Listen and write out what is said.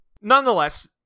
Nonetheless